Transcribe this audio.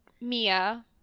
Mia